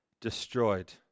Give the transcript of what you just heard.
destroyed